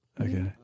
Okay